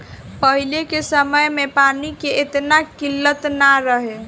पहिले के समय में पानी के एतना किल्लत ना रहे